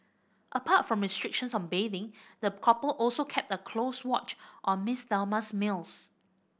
apart from restrictions on bathing the couple also kept a close watch on Miss Thelma's meals